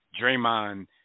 Draymond